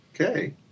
Okay